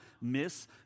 miss